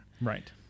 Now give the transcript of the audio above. Right